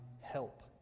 help